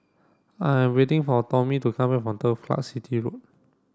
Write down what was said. I am waiting for Tommie to come back from Turf Car City Road